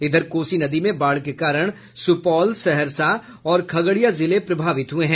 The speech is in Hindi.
इधर कोसी नदी में बाढ़ के कारण सुपौल सहरसा और खगड़िया जिले प्रभावित हुए हैं